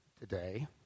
today